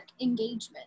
engagement